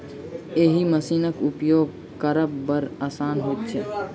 एहि मशीनक उपयोग करब बड़ आसान होइत छै